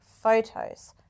photos